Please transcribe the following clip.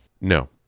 No